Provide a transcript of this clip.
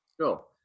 Cool